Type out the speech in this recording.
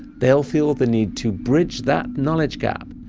they'll feel the need to bridge that knowledge gap.